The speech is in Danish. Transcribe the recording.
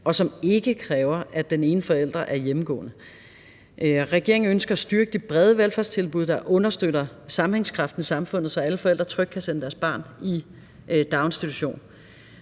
og som ikke kræver, at den ene forælder er hjemmegående. Regeringen ønsker at styrke de brede velfærdstilbud, der understøtter sammenhængskraften i samfundet, så alle forældre trygt kan sende deres barn i daginstitution.